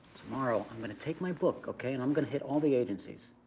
tomorrow, i'm gonna take my book, okay? and i'm gonna hit all the agencies.